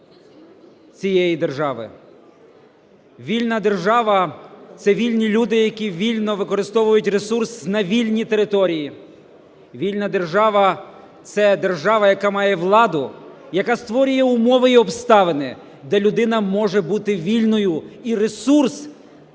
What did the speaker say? Вільна держава – це вільні люди, які вільно використовують ресурс на вільній території. Вільна держава – це держава, яка має владу, яка створює умови і обставини, де людина може бути вільною, і ресурс